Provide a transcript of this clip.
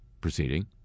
proceeding